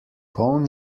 poln